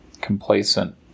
complacent